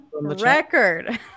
record